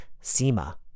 SEMA